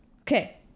Okay